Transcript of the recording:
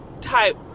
type